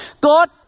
God